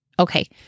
Okay